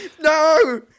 No